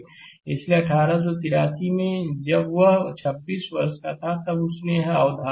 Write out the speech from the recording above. इसलिए 1883 में जब वह 26 वर्ष का था तब उसने यह अवधारणा दी